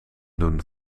doen